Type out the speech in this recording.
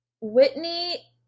Whitney